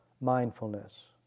mindfulness